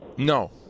No